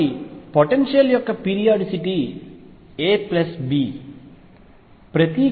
కాబట్టి పొటెన్షియల్ యొక్క periodicity ab